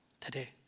today